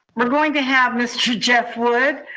we're going to have mr. jeff wood.